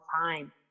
time